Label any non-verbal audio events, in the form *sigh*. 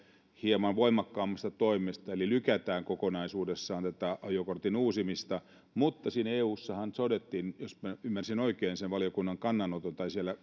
hieman voimakkaammasta toimesta eli siitä että lykätään kokonaisuudessaan tätä ajokortin uusimista mutta eussahan todettiin myöskin niin jos ymmärsin oikein sen valiokunnan kannanoton tai sen mitä siellä *unintelligible*